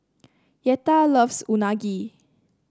Yetta loves Unagi